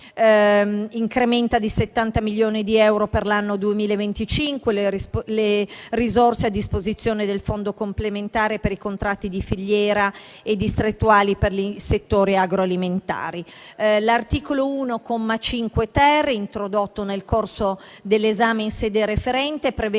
incrementa di 70 milioni di euro per l'anno 2025 le risorse a disposizione del Fondo complementare per i contratti di filiera e distrettuali per i settori agroalimentari. L'articolo 1, comma 5-*ter*, introdotto nel corso dell'esame in sede referente, prevede